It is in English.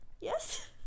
Yes